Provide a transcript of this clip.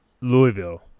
Louisville